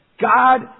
God